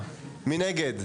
מי נגד?